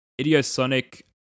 Idiosonic